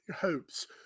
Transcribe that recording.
hopes